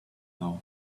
now